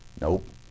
nope